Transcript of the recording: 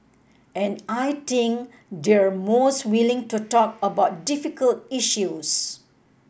and I think they're most willing to talk about difficult issues